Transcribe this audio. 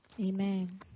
Amen